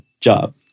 job